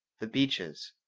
the beeches,